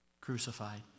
crucified